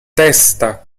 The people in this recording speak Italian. testa